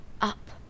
up